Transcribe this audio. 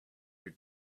you